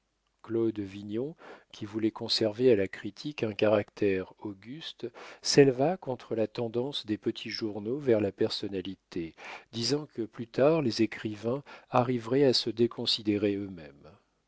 claude vignon qui voulait conserver à la critique un caractère auguste s'éleva contre la tendance des petits journaux vers la personnalité disant que plus tard les écrivains arriveraient à se déconsidérer eux-mêmes